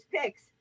picks